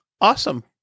Awesome